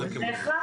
שמתחרות,